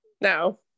No